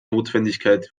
notwendigkeit